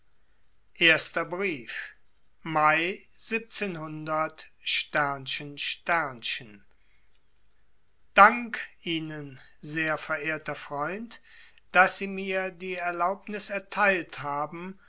erster brief mai dank ihnen sehr verehrter freund daß sie mir die erlaubnis erteilt haben